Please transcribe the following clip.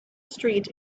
street